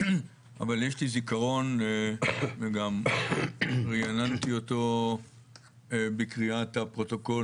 אבל יש לי זיכרון וגם רעננתי אותו בקריאת הפרוטוקול